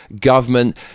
government